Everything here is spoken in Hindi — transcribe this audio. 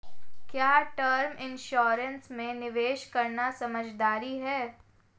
क्या टर्म इंश्योरेंस में निवेश करना समझदारी है?